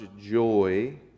joy